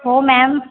हो मॅम